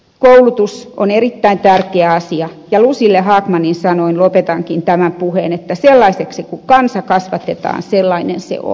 koulutus on erittäin tärkeä asia ja lucina hagmanin sanoin lopetankin tämän puheen että semmoiseksi kuin kansa kasvatetaan semmoinen se on